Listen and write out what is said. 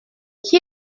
qui